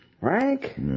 Frank